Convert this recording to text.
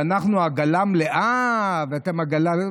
שאנחנו עגלה מלאה ואתם עגלה,